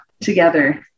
Together